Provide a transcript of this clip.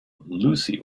lucy